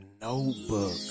notebook